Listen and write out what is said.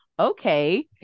Okay